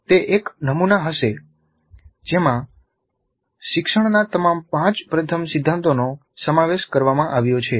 તે એક નમુના હશે જેમાં શિક્ષણના તમામ પાંચ પ્રથમ સિદ્ધાંતોનો સમાવેશ કરવામાં આવ્યો છે